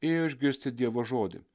ėjo išgirsti dievo žodį